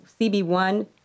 CB1